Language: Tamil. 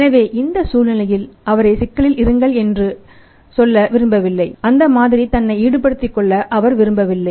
எனவே இந்த சூழ்நிலையில் அவரை சிக்கலில் இருங்கள் என்று சொல்ல விரும்பவில்லை அந்த மாதிரி தன்னை ஈடுபடுத்திக் கொள்ள அவர் விரும்பவில்லை